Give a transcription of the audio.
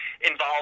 Involved